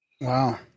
Wow